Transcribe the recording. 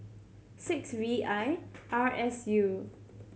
six V I R S U